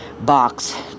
box